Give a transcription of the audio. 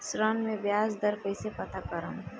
ऋण में बयाज दर कईसे पता करब?